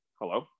hello